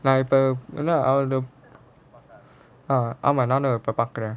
like the ஆமா நானும் இப்போ பாக்குறேன்:aamaa naanum ippo paakuraen